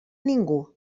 ningú